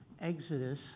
Exodus